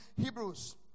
Hebrews